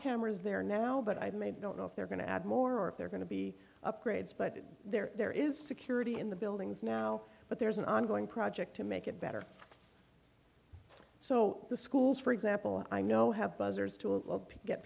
cameras there now but i made don't know if they're going to add more or if they're going to be upgrades but there is security in the buildings now but there's an ongoing project to make it better so the schools for example i know